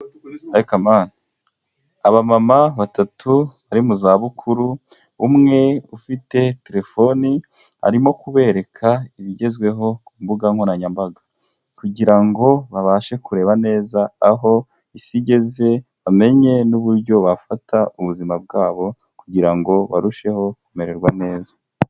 Abamama batatu bari mu za bukuru umwe ufite telefoni arimo kubereka ibigezweho ku mbuga nkoranyambaga, kugira ngo babashe kureba neza aho isi igeze, bamenye n'uburyo bafata ubuzima bwabo kugira ngo barusheho kumererwa neza.